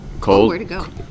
cold